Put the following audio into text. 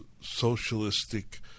socialistic